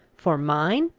for mine?